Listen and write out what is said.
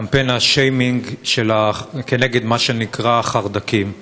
קמפיין השיימינג כנגד מה שנקרא חרד"קים.